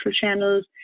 channels